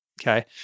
okay